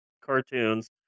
cartoons